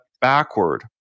backward